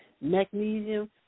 magnesium